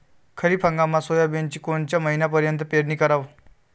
खरीप हंगामात सोयाबीनची कोनच्या महिन्यापर्यंत पेरनी कराव?